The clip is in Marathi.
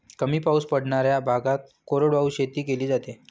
कमी पाऊस पडणाऱ्या भागात कोरडवाहू शेती केली जाते